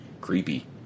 creepy